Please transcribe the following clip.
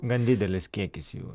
gan didelis kiekis jų